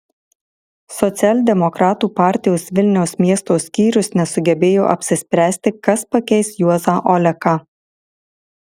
socialdemokratų partijos vilniaus miesto skyrius nesugebėjo apsispręsti kas pakeis juozą oleką